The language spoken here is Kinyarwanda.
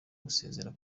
gusezera